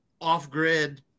off-grid